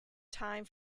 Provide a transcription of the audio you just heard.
time